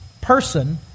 person